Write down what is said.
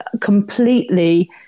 completely